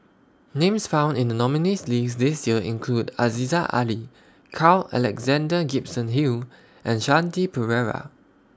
Names found in The nominees' list This Year include Aziza Ali Carl Alexander Gibson Hill and Shanti Pereira